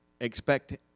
expect